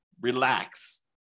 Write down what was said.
relax